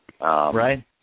right